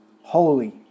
holy